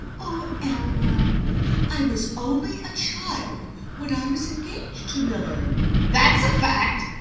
oh, elmer i was only a child when i was engaged to millard that's a fact.